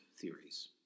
theories